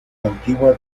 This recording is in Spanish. antigua